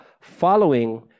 following